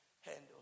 handle